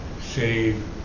save